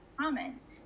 comments